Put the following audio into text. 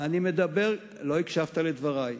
לא הקשבת לדברי.